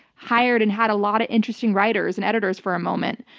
hired and had a lot of interesting writers and editors for a moment.